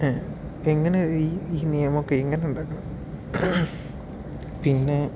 എങ്ങനെ ഈ ഈ നിയമമൊക്കെ ഇങ്ങനെയുണ്ടാക്കണെ പിന്നെ